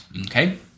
okay